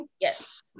yes